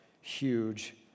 huge